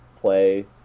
Play